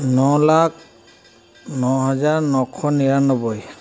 ন লাখ ন হাজাৰ নশ নিৰন্নব্বৈ